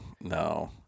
no